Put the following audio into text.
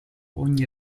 ogni